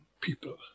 people